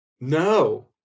No